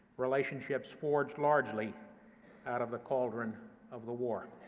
relationships forged largely out of the cauldron of the war.